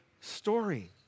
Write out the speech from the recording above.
story